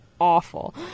awful